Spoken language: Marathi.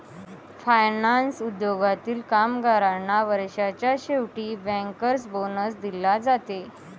फायनान्स उद्योगातील कामगारांना वर्षाच्या शेवटी बँकर्स बोनस दिला जाते